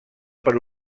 per